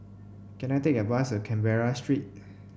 can I take a bus to Canberra Street